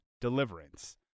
Deliverance